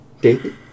David